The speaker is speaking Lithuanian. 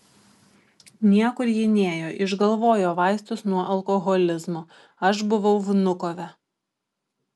niekur ji nėjo išgalvojo vaistus nuo alkoholizmo aš buvau vnukove